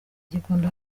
gikondo